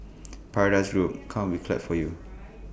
paradise group come we clap for you